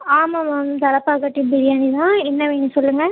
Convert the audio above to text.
ஆமாம் மேம் தலைப்பாக்கட்டி பிரியாணி தான் என்ன வேணும் சொல்லுங்கள்